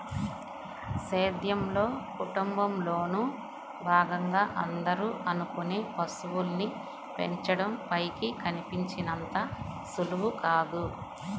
సేద్యంలో, కుటుంబంలోను భాగంగా అందరూ అనుకునే పశువుల్ని పెంచడం పైకి కనిపించినంత సులువు కాదు